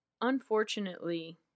Unfortunately